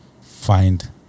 find